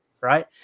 right